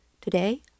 Today